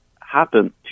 happen